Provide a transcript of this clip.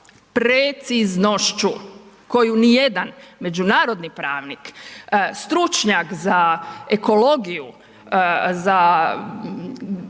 preciznošću koju ni jedan međunarodni pravnik, stručnjak za ekologiju, za